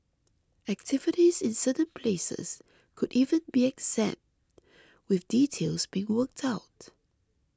activities in certain places could even be exempt with details being worked out